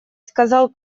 сказал